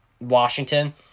Washington